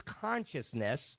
consciousness